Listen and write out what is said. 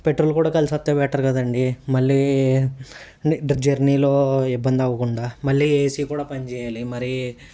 petrol కూడా కలిసిస్తే better కదండీ మళ్ళీ జర్నీలో ఇబ్బంది అవ్వకుండా మళ్ళీ ఏసీ కూడా పని చేయాలి మరి